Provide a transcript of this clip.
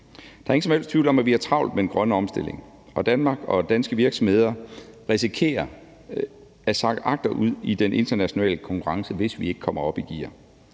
Der er ingen som helst tvivl om, at vi har travlt med den grønne omstilling, og Danmark og danske virksomheder risikerer at sakke agterud i den internationale konkurrence, hvis vi ikke kommer op i gear.